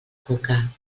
coca